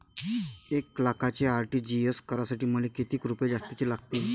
एक लाखाचे आर.टी.जी.एस करासाठी मले कितीक रुपये जास्तीचे लागतीनं?